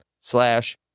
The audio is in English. slash